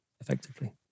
effectively